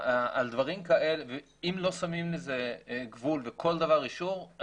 אם לא שמים לזה גבול וכל דבר אישור,